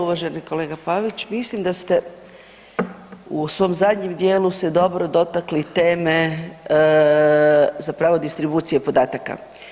Uvaženi kolega Pavić, mislim da ste u svom zadnjem djelu se dobro dotakli teme zapravo distribucije podataka.